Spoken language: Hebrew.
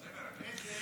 --- חברי הכנסת.